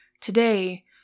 Today